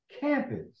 campus